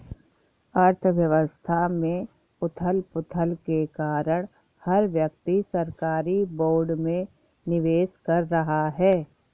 अर्थव्यवस्था में उथल पुथल के कारण हर व्यक्ति सरकारी बोर्ड में निवेश कर रहा है